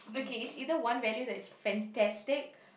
okay it's either one value that's fantastic